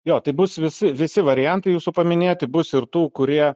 jo tai bus visi visi variantai jūsų paminėti bus ir tų kurie